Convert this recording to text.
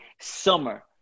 summer